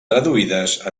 traduïdes